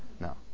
No